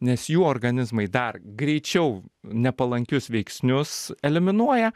nes jų organizmai dar greičiau nepalankius veiksnius eliminuoja